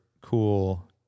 cool